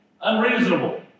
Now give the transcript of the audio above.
unreasonable